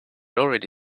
already